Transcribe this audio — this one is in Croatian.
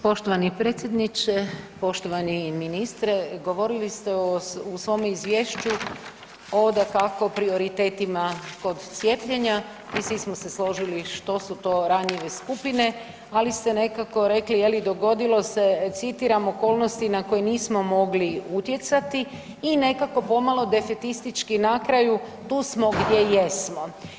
Poštovani predsjedniče, poštovani ministre, govorili ste u svom Izvješću o, dakako, prioritetima kod cijepljenja i svi smo se složili što su to ranjive skupine, ali ste nekako rekli, je li, dogodilo se, citiram, okolnosti na koje nismo mogli utjecati i nekako pomalo defetistički na kraju tu smo gdje jesmo.